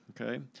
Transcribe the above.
Okay